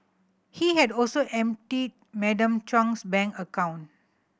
he had also emptied Madam Chung's bank account